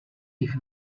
jich